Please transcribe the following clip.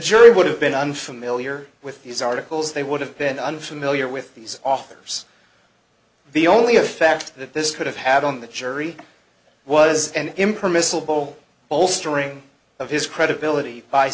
jury would have been unfamiliar with these articles they would have been unfamiliar with these authors the only effect that this could have had on the jury was an impermissible bolstering of his credibility